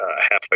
halfway